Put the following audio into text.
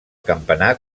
campanar